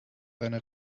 seine